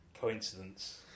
coincidence